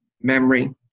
memory